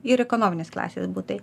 ir ekonominės klasės butai